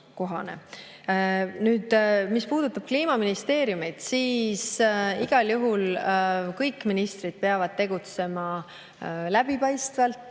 kohane. Mis puudutab kliimaministeeriumit, siis igal juhul kõik ministrid peavad tegutsema läbipaistvalt